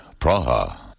Praha